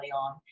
on